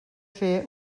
fer